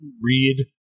read